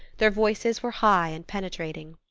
their voices were high and penetrating.